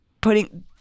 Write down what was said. putting